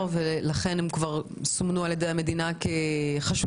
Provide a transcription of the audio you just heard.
ולכן הם סומנו על ידי המדינה כחשודים.